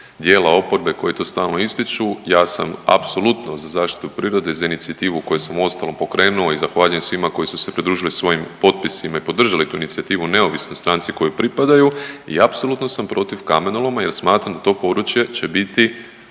dijela oporbe koji to stalno ističu, ja sam apsolutno za zaštitu prirode za inicijativu koju sam uostalom pokrenuo i zahvaljujem svima koji su se pridružili svojim potpisima i podržali tu inicijativu, neovisno o stranci kojoj pripadaju i apsolutno sam protiv kamenoloma jer smatram da to područje će biti